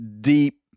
deep